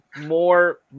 more